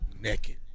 naked